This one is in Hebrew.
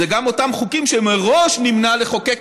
זה גם אותם חוקים שמראש נמנע מלחוקק